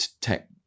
tech